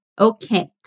Okay